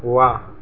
वाह